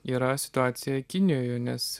yra situacija kinijoje nes